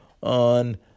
on